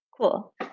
Cool